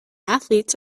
athletes